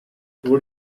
would